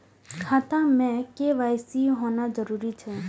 खाता में के.वाई.सी होना जरूरी छै?